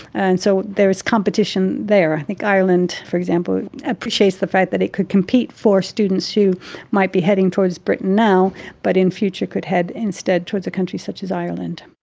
and so there is competition there. i think ireland, for example, appreciates the fact that it could compete for students who might be heading towards britain now but in future could head instead towards a country such as ireland.